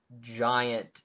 giant